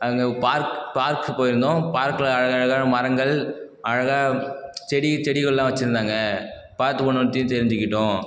அங்கே பார்க் பார்க்கு போயிருந்தோம் பார்கில் அழகழகான மரங்கள் அழகாக செடி செடிகளெலாம் வச்சுருந்தாங்க பார்த்து ஒன்னொறொன்த்தையும் தெரிஞ்சுக்கிட்டோம்